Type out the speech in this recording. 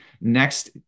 Next